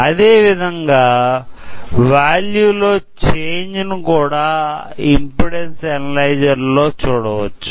అదే విధంగా వేల్యూ లో చేంజెస్ ను కూడా ఇంపెడెన్సు అనలైజర్ లో చూడవచ్చు